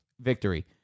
victory